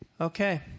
okay